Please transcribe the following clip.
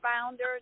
founder